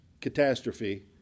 catastrophe